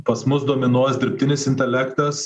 pas mus dominuos dirbtinis intelektas